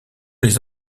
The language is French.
les